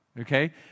okay